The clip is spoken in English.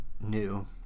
new